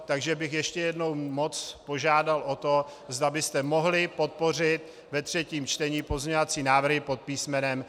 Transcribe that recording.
Takže bych ještě jednou moc požádal o to, zda byste mohli podpořit ve třetím čtení pozměňovací návrhy pod písmenem C.